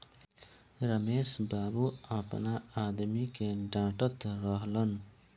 रमेश बाबू आपना आदमी के डाटऽत रहलन